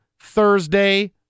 Thursday